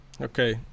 okay